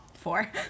Four